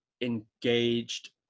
engaged